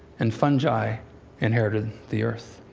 and fungi inherited the earth.